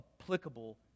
applicable